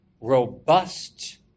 robust